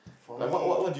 for me